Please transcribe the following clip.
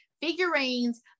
figurines